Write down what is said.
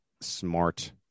smart –